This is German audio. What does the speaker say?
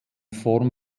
form